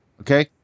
okay